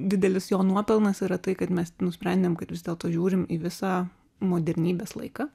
didelis jo nuopelnas yra tai kad mes nusprendėm kad vis dėlto žiūrim į visą modernybės laiką